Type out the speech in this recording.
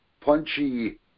punchy